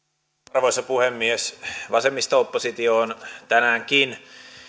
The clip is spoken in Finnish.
arvoisa puhemies vasemmisto oppositio on tänäänkin